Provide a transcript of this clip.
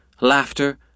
laughter